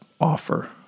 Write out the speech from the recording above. offer